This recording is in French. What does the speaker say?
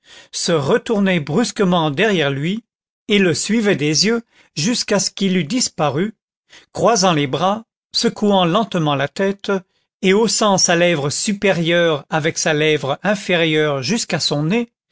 se retournait brusquement derrière lui et le suivait des yeux jusqu'à ce qu'il eût disparu croisant les bras secouant lentement la tête et haussant sa lèvre supérieure avec sa lèvre inférieure jusqu'à son nez